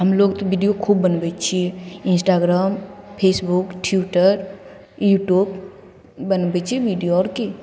हमलोक तऽ वीडिओ खूब बनबै छिए इन्स्टाग्राम फेसबुक ट्विटर यूट्यूब बनबै छिए वीडिओ आओर कि